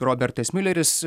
robertas miuleris